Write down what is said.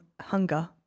hunger